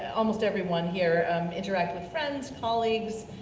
almost everyone here interact with friends, colleagues,